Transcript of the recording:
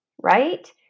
right